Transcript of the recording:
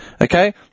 okay